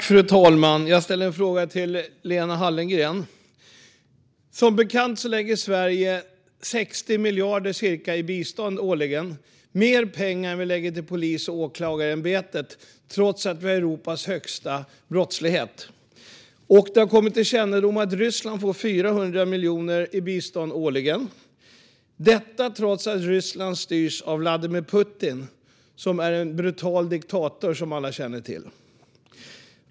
Fru talman! Jag ställer en fråga till Lena Hallengren. Som bekant lägger Sverige cirka 60 miljarder till bistånd årligen. Det är mer pengar än vad vi lägger till Polismyndigheten och Åklagarmyndigheten, trots att vi har Europas högsta brottslighet. Det har kommit till kännedom att Ryssland får 400 miljoner i bistånd årligen, detta trots att Ryssland styrs av Vladimir Putin, som är en brutal diktator - som alla känner till.